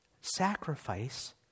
sacrifice